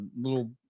little